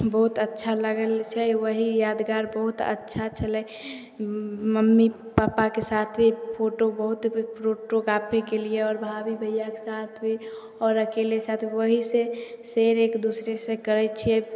बहुत अच्छा लागल छै वही यादगार बहुत अच्छा छलै मम्मी पप्पाके साथ भी फोटो बहुत फोटोग्राफी केलियै आओर भाभी भैयाके साथ भी आओर अकेले साथ वही से एक दूसरे से करै छियै